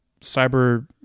cyber